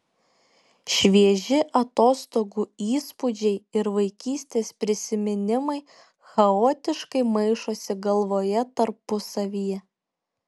švieži atostogų įspūdžiai ir vaikystės prisiminimai chaotiškai maišosi galvoje tarpusavyje